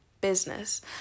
Business